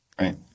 Right